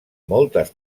moltes